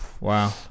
wow